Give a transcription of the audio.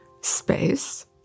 space